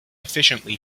efficiently